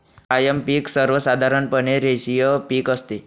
कायम पिक सर्वसाधारणपणे रेषीय पिक असते